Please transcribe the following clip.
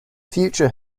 future